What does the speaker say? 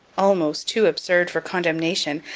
almost too absurd for condemnation,